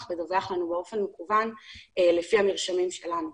לדווח לנו באופן מקוון לפי המרשמים שלנו.